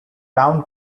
town